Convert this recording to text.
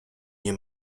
nie